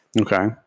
okay